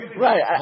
Right